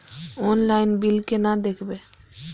Online bill केना देखब?